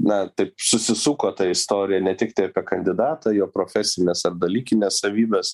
na taip susisuko ta istorija ne tiktai apie kandidatą jo profesines ar dalykines savybes